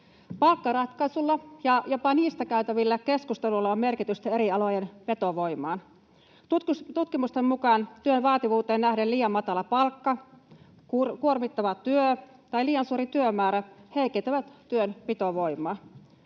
Palkkaratkaisuilla ja jopa niistä käytävillä keskusteluilla on merkitystä eri alojen vetovoimalle. Tutkimusten mukaan työn vaativuuteen nähden liian matala palkka, kuormittava työ ja liian suuri työmäärä heikentävät työn pitovoimaa.